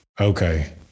Okay